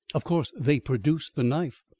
of course they produced the knife?